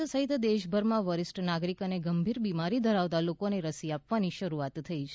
ગુજરાત સહિત દેશભરમાં વરિષ્ઠ નાગરિક અને ગંભીર બિમારી ધરાવતા લોકોને રસી આપવાની શરૂઆત થઇ છે